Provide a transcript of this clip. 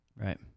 Right